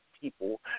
people